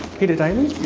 peter daly?